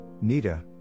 Nita